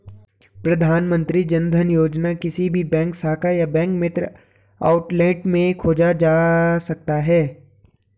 प्रधानमंत्री जनधन योजना किसी भी बैंक शाखा या बैंक मित्र आउटलेट में खोला जा सकता है